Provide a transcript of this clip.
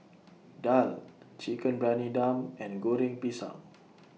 Daal Chicken Briyani Dum and Goreng Pisang